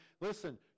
listen